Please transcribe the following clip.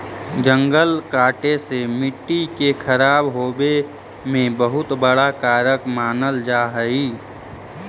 जंगल कटे से मट्टी के खराब होवे में बहुत बड़ा कारक मानल जा हइ